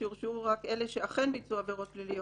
שיורשעו רק אלה שאכן ביצעו עבירות פליליות,